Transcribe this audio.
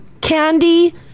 candy